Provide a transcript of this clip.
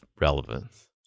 relevance